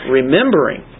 remembering